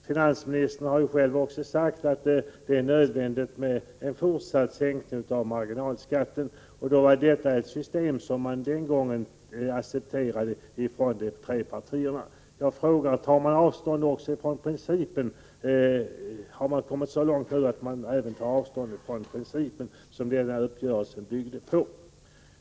Finansministern har ju själv också sagt att det är nödvändigt med en fortsatt sänkning av marginalskatten, och detta var ett system som man den gången accepterade från de tre partierna. Jag frågar alltså: Har man nu kommit så långt att man även tar avstånd från den princip som denna överenskommelse byggde på?